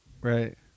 Right